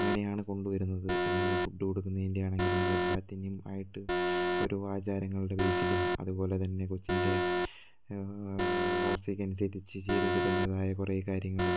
അങ്ങനെയാണ് കൊണ്ടുവരുന്നത് ഫുഡ് കൊടുക്കുന്നതിന്റെ ആണെങ്കിലും എല്ലാത്തിന്റെയും ആയിട്ട് ഓരോ ആചാരങ്ങളുടെ ബേസിലും അതുപോലെത്തന്നെ കൊച്ചിന്റെ വളർച്ചയ്ക്ക് അനുസരിച്ച് ചെയ്തു കൊടുക്കുന്നതായ കുറെ കാര്യങ്ങളും